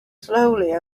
slowly